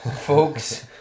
folks